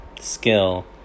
skill